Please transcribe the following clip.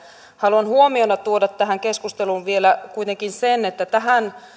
haluan huomiona tuoda tähän keskusteluun vielä kuitenkin sen että tähän